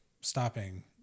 stopping